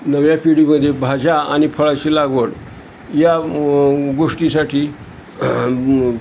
नव्या पिढीमध्ये भाज्या आणि फळाची लागवड या गोष्टीसाठी